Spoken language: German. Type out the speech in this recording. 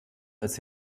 als